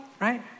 right